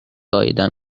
عایدم